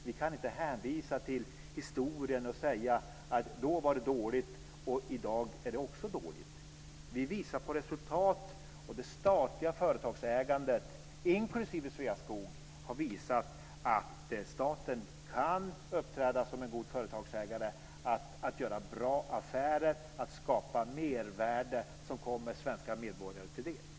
Man kan inte hänvisa till historien och säga att det då var dåligt och att det i dag också är dåligt. Vi visar på resultat, och det statliga företagsägandet, inklusive Sveaskog, har visat att staten kan uppträda som en god företagsägare. Staten kan göra bra affärer och skapa mervärde som kommer svenska medborgare till del.